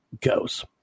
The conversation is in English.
goes